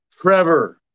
Trevor